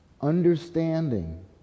understanding